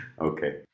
Okay